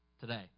today